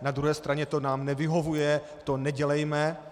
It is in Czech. Na druhé straně to nám nevyhovuje, to nedělejme.